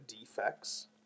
defects